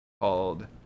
called